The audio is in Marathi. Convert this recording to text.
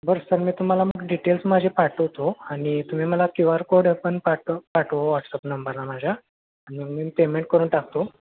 बरं सर मी तुम्हाला मग डिटेल्स माझे पाठवतो आणि तुम्ही मला क्यू आर कोड पण पाठव पाठवा वॉट्सअप नंबरला माझ्या आणि मी पेमेंट करून टाकतो